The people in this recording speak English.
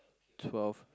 twelve